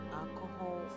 alcohol